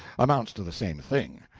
amounts to the same thing.